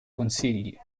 consigli